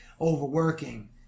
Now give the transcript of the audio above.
overworking